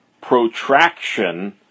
protraction